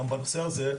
גם בנושא הזה,